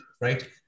right